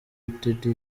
rtd